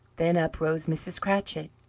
then up rose mrs. cratchit,